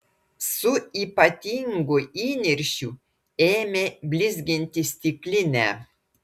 su ypatingu įniršiu ėmė blizginti stiklinę